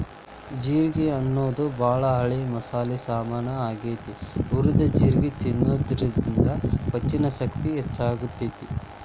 ಜೇರ್ಗಿ ಅನ್ನೋದು ಬಾಳ ಹಳೆ ಮಸಾಲಿ ಸಾಮಾನ್ ಆಗೇತಿ, ಹುರಿದ ಜೇರ್ಗಿ ತಿನ್ನೋದ್ರಿಂದ ಪಚನಶಕ್ತಿ ಹೆಚ್ಚಾಗ್ತೇತಿ